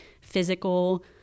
physical